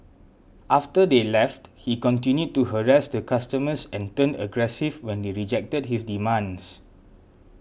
after they left he continued to harass the customers and turned aggressive when they rejected his demands